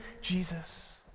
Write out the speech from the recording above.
Jesus